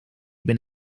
been